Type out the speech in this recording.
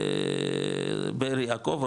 או בבאר יעקב,